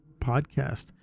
podcast